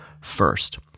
first